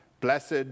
Blessed